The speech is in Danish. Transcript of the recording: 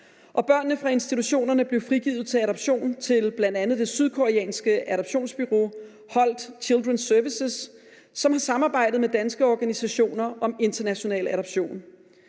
Børnene fra institutionerne blev frigivet til adoption til bl.a. det sydkoreanske adoptionsbureau Holt Children's Services, som har samarbejdet med danske organisationer om international adoption.